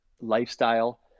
lifestyle